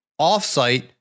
offsite